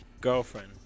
girlfriend